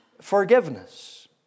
forgiveness